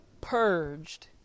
purged